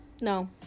No